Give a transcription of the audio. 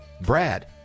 Brad